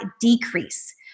decrease